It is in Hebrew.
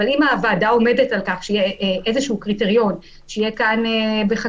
אבל אם הוועדה עומדת על כך שיהיה איזה קריטריון שיהיה בחקיקה.